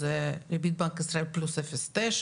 ריבית בנק ישראל פלוס אפס תשע,